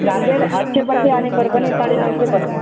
नांदेड आठशे पडते आणि परभणी साडेनऊशे पडते